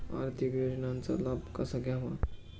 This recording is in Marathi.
आर्थिक योजनांचा लाभ कसा घ्यावा?